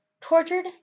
tortured